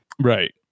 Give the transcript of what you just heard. Right